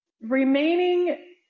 remaining